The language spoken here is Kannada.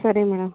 ಸರಿ ಮೇಡಮ್